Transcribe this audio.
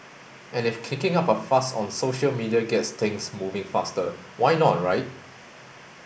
and if kicking up a fuss on social media gets things moving faster why not right